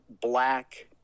black